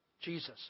Jesus